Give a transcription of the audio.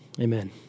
Amen